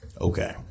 Okay